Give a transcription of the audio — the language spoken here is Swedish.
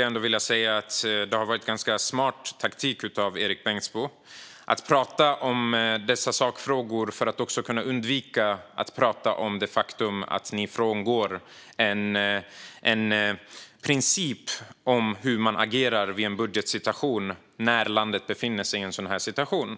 Jag vill säga att det har varit en ganska smart taktik av dig, Erik Bengtzboe, att prata om dessa sakfrågor för att kunna undvika att prata om det faktum att ni frångår principen för hur man agerar i en sådan budgetsituation som landet befinner sig